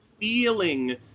Feeling